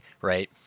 Right